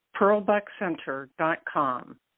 Pearlbuckcenter.com